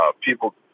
people